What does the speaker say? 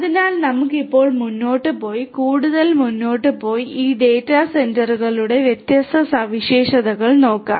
അതിനാൽ നമുക്ക് ഇപ്പോൾ മുന്നോട്ട് പോയി കൂടുതൽ മുന്നോട്ട് പോയി ഈ ഡാറ്റാ സെന്ററുകളുടെ വ്യത്യസ്ത സവിശേഷതകൾ നോക്കാം